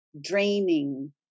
draining